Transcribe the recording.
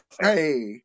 Hey